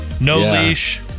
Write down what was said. no-leash